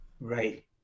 Right